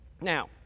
Now